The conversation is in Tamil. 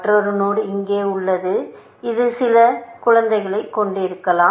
மற்றொரு நோடு இங்கே உள்ளது இது சில குழந்தைகளைக் கொண்டிருக்கலாம்